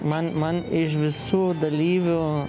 man man iš visų dalyvių